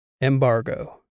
Embargo